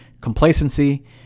complacency